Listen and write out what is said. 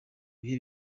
bihe